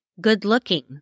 good-looking